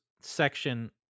section